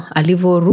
alivo